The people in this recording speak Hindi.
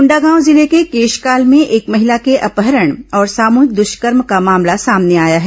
कोंडागांव जिले के केशकाल में एक महिला के अपहरण और सामूहिक दुष्कर्म का मामला सामने आया है